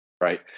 right